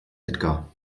edgar